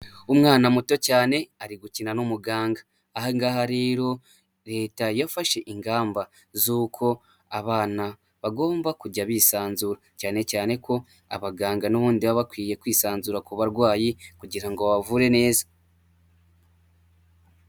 Umwana muto cyane ari gukina n'umuganga, ahanga ngaha rero leta yafashe ingamba z'uko abana bagomba kujya bisanzura, cyane cyane ko abaganga n'ubundi baba bakwiye kwisanzura ku barwayi kugira ngo babavure neza.